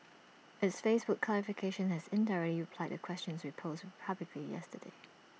its Facebook clarification has indirectly replied the questions we posed publicly yesterday